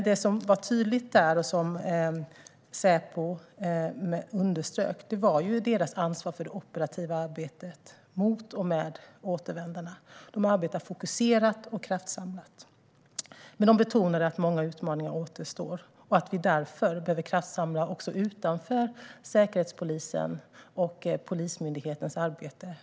Det som var tydligt där och som Säpo underströk var deras ansvar för det operativa arbetet mot och med återvändarna. De arbetar fokuserat och kraftsamlat. De betonade dock att många utmaningar återstår och att vi därför behöver kraftsamla också utanför Säkerhetspolisens och Polismyndighetens arbete.